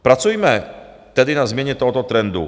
Pracujme tedy na změně tohoto trendu.